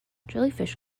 jellyfish